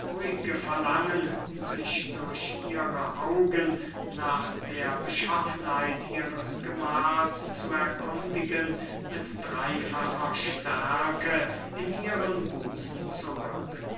verlangen sich durch ihre augen nach der beschaffenheit ihres gemahls zu erkundigen mit dreyfacher stärke in ihren busen zurück